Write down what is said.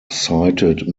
cited